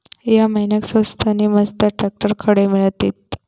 या महिन्याक स्वस्त नी मस्त ट्रॅक्टर खडे मिळतीत?